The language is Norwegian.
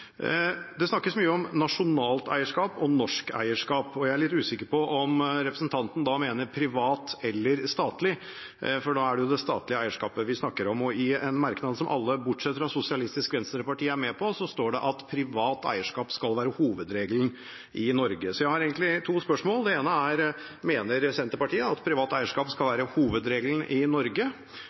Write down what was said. Det snakkes mye om nasjonalt eierskap og norsk eierskap, og jeg er litt usikker på om representanten da mener privat eller statlig, for da er det jo det statlige eierskapet vi snakker om. I en merknad som alle bortsett fra Sosialistisk Venstreparti er med på, står det at privat eierskap skal være hovedregelen i Norge. Jeg har egentlig to spørsmål. Det ene er: Mener Senterpartiet at privat eierskap skal være hovedregelen i Norge?